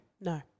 No